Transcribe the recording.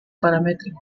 parametric